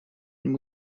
and